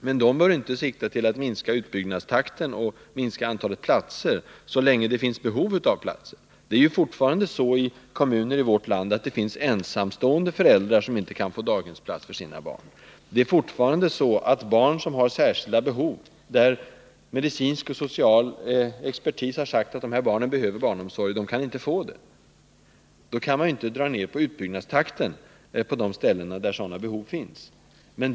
Men de bör inte sikta till att minska utbyggnadstakten eller antalet platser, så länge det finns behov av platser. Det är fortfarande så i kommuner i vårt land, att det finns ensamstående föräldrar som inte kan få daghemsplats för sina barn. Det är fortfarande så, att barn som har särskilda behov — där medicinsk och social expertis har sagt att de behöver barnomsorg — inte kan få plats. Man kan inte dra ned utbyggnadstakten på de ställen där sådana behov finns.